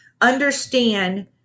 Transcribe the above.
understand